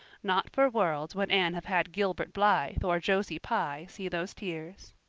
not for worlds would anne have had gilbert blythe or josie pye see those tears.